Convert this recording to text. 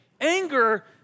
Anger